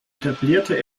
etablierte